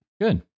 Good